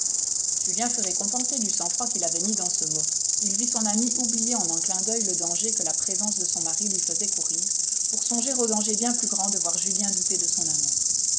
julien fut récompensé du sang-froid qu'il avait mis dans ce mot il vit son amie oublier en un clin d'oeil le danger que la présence de son mari lui faisait courir pour songer au danger bien plus grand de voir julien douter de son amour